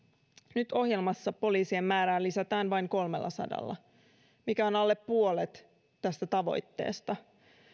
nyt ohjelmassa poliisien määrää lisätään vain kolmellasadalla mikä on alle puolet tästä tavoitteesta